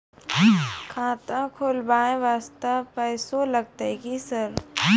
खाता खोलबाय वास्ते पैसो लगते की सर?